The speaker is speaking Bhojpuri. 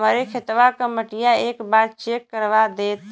हमरे खेतवा क मटीया एक बार चेक करवा देत?